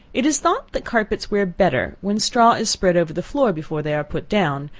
it is thought that carpets wear better when straw is spread over the floor before they are put down,